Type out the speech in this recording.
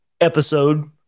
episode